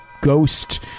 ghost